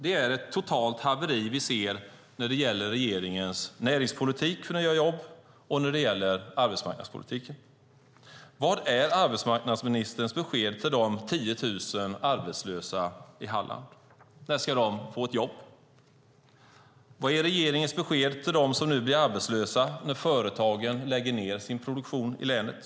Det är ett totalt haveri vi ser när det gäller regeringens näringspolitik för nya jobb och när det gäller arbetsmarknadspolitiken. Vad är arbetsmarknadsministerns besked till de 10 000 arbetslösa i Halland? När ska de få ett jobb? Vad är regeringens besked till dem som nu blir arbetslösa när företagen lägger ned sin produktion i länet?